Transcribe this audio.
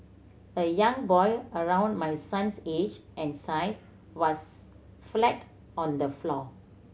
a young boy around my son's age and size was flat on the floor